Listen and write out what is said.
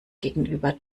gegenüber